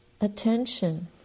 attention